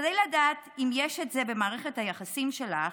כדי לדעת אם יש את זה במערכת היחסים שלך,